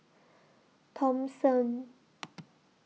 Thomson